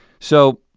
so